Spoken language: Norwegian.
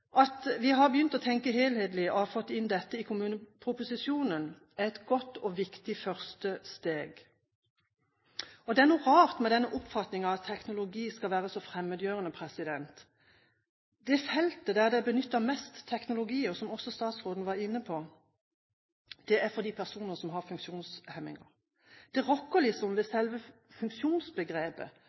At vi har begynt å tenke helhetlig og har fått dette inn i kommuneproposisjonen, er et godt og viktig første steg. Det er noe rart med denne oppfatningen av at teknologi skal være så fremmedgjørende. Det feltet der det er benyttet mest teknologi, som også statsråden var inne på, gjelder personer som har funksjonshemninger. Det